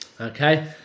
okay